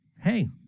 hey